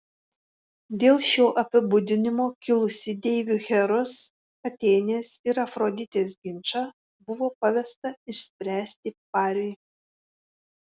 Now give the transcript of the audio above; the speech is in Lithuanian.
dėl šio apibūdinimo kilusį deivių heros atėnės ir afroditės ginčą buvo pavesta išspręsti pariui